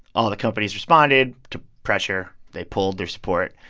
all of the companies responded to pressure they pulled their support.